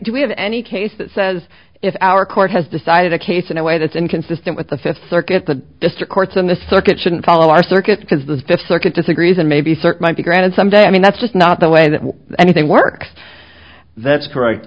do we have any case that says if our court has decided a case in a way that's inconsistent with the fifth circuit the district courts in this circuit shouldn't follow our circuit because the fifth circuit disagrees and maybe certain might be granted some day i mean that's just not the way that anything works that's correct